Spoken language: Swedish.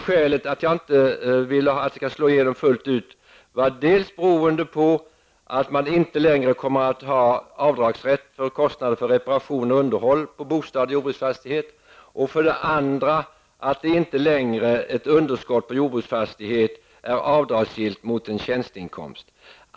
Skälet till att jag inte vill att den skall slå igenom fullt ut är dels att man inte längre kommer att ha avdragsrätt för kostnader för reparationer och underhåll på bostad i jordbruksfastighet, dels att ett underskott inte längre är avdragsgillt mot en tjänsteinkomst.